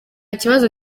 kibazo